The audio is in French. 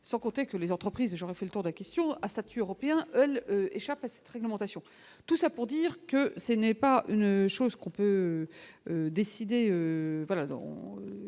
sans compter que les entreprises, j'aurais fait le tour de la question à statut remplir l'échappent à cette réglementation, tout ça pour dire que ce n'est pas une chose qu'on. Décider.